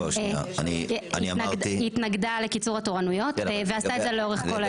היא התנגדה לקיצור התורנויות ועשתה את זה לאורך כל הדרך.